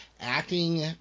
acting